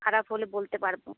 খারাপ হলে বলতে পারব